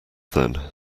then